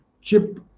chip